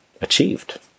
achieved